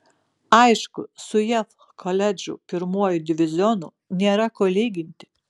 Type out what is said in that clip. aišku su jav koledžų pirmuoju divizionu nėra ko lyginti